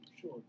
Sure